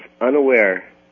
unaware